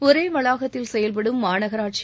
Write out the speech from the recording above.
ஒரே வளாகத்தில் செயல்படும் மாநகராட்சி